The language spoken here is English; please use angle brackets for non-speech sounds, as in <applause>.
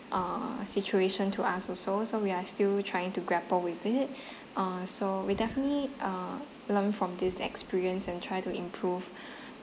uh situation to ask also so we are still trying to grapple with it uh so we definitely uh learn from this experience and try to improve <breath>